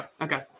Okay